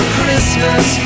Christmas